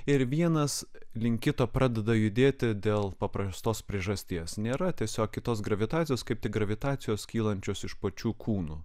ir vienas link kito pradeda judėti dėl paprastos priežasties nėra tiesiog kitos gravitacijos kaip tik gravitacijos kylančios iš pačių kūnų